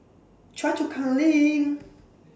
Choa Chu Kang LINK